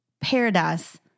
paradise